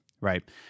right